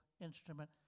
instrument